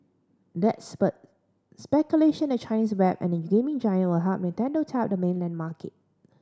that spurred speculation the Chinese web and gaming giant will help Nintendo tap the mainland market